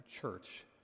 church